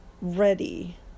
Ready